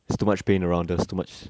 there's too much pain around us too much